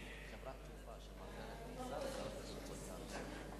לדיון מוקדם בוועדת הכלכלה נתקבלה.